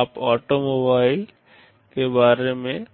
आप ऑटोमोबाइल के बारे में